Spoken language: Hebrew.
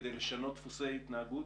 כדי לשנות דפוסי התנהגות,